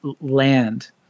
land